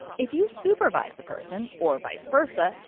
if you supervise the person, or vice versa,